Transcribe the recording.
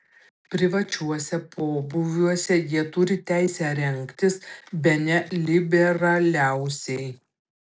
privačiuose pobūviuose jie turi teisę rengtis bene liberaliausiai